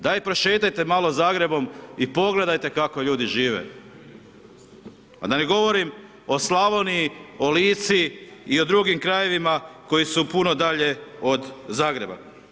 Daj prošetajte malo Zagrebom i pogledajte kako ljudi žive, a da ne govorim o Slavoniji, o Lici i o drugim krajevima koji su puno dalje od Zagreba.